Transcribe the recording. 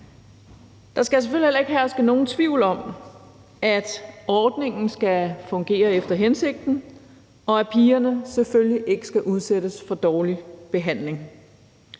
Der skal selvfølgelig heller ikke herske nogen tvivl om, at ordningen skal fungere efter hensigten, og at pigerne selvfølgelig ikke skal udsættes for dårlig behandling.